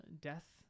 death